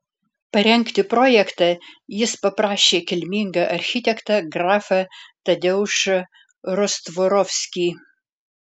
parengti projektą jis paprašė kilmingą architektą grafą tadeušą rostvorovskį